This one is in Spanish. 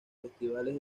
festivales